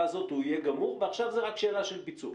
הזאת הוא יהיה גמור ועכשיו זה רק שאלה של ביצוע?